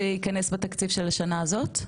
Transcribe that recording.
זה ייכנס בתקציב של השנה הזאת?